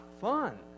fun